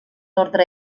ordre